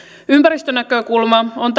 ympäristönäkökulma on